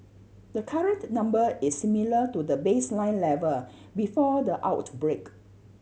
the current number is similar to the baseline level before the outbreak